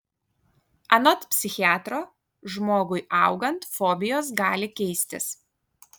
anot psichiatro žmogui augant fobijos gali keistis